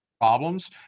problems